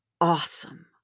awesome